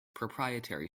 proprietary